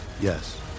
Yes